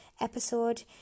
episode